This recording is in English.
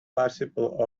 participle